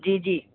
جی جی